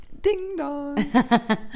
Ding-dong